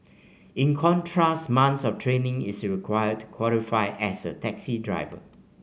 in contrast months of training is required to qualify as a taxi driver